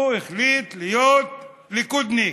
הוא החליט להיות ליכודניק.